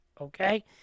okay